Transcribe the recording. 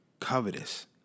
Covetous